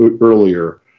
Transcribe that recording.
earlier